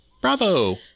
Bravo